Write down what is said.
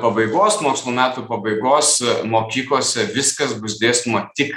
pabaigos mokslo metų pabaigos mokyklose viskas bus dėstoma tik